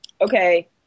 okay